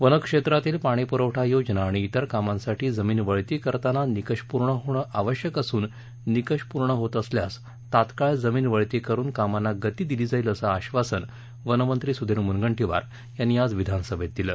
वनक्षेत्रातील पाणीपुरवठा योजना आणि इतर कामांसाठी जमीन वळती करताना निकष पूर्ण होणे आवश्यक असून निकष पूर्ण होत असल्यास तात्काळ जमीन वळती करुन कामांना गती दिली जाईल असे आश्वासन वनमंत्री सुधीर मुनगंटीवार यांनी आज विधानसभेत दिले